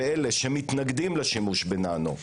ואלה שמתנגדים לשימוש בננו יגמרו,